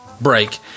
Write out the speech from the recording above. break